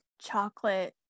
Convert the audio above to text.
chocolate